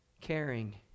caring